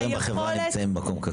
הרבה דברים בחברה נמצאים במקום כזה.